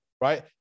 right